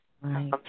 right